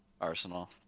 Arsenal